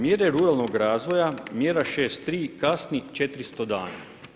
Mjere ruralnog razvoja, mjera 6.3. kasni 400 dana.